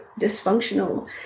dysfunctional